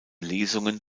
lesungen